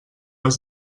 has